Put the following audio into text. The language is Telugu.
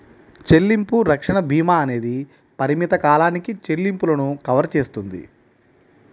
చెల్లింపు రక్షణ భీమా అనేది పరిమిత కాలానికి చెల్లింపులను కవర్ చేస్తుంది